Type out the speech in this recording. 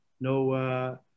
no